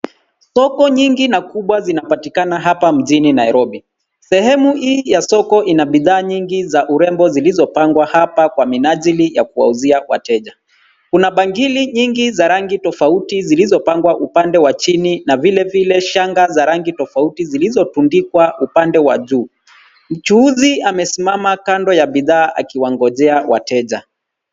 Soko nyingi na kubwa zinapatikana hapa mjini Nairobi. Sehemu hii ya soko ina bidhaa nyingi za urembo zilizopangwa hapa kwa minajili ya kuwauzia wateja. Kuna bangili nyingi za rangi tofauti zilizopangwa upande wa chini na vile vile shanga za rangi tofauti zilizotundikwa upande wajuu. Mchuuzi amesimama kando ya bidhaa akiwangojea wateja.